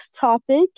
topic